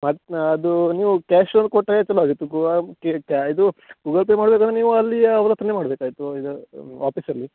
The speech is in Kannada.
ಮತ್ತೆ ನ ಅದು ನೀವು ಕ್ಯಾಷಲ್ಲಿ ಕೊಟ್ಟರೆ ಛಲೋ ಆಗಿತ್ತು ಇದು ಗೂಗಲ್ ಪೇ ಮಾಡಬೇಕಂದ್ರೆ ನೀವು ಅಲ್ಲಿ ಅವ್ರ ಹತ್ರನೇ ಮಾಡ್ಬೇಕಾಗಿತ್ತು ಈಗ ಆಪೀಸಲ್ಲಿ